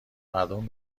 مردم